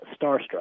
Starstruck